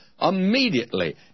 immediately